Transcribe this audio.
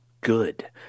good